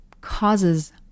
causes